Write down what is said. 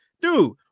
Dude